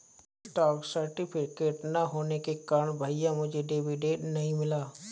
stock certificate ना होने के कारण भैया मुझे डिविडेंड नहीं मिला